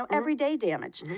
everyday damage,